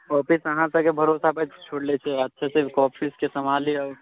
office अहाँ सबके भरोसापर छोड़ले छिए अच्छासँ ऑफिसके सम्भालिऔ